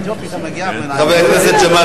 חבר הכנסת ג'מאל